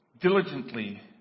Diligently